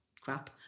crap